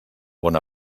bon